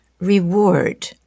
reward